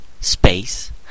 space